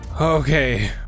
Okay